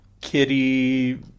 kitty